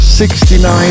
69